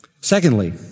Secondly